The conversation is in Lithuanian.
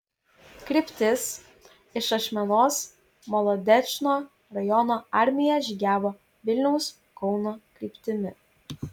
kryptis iš ašmenos molodečno rajono armija žygiavo vilniaus kauno kryptimi